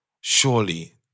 Surely